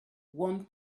one